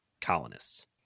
colonists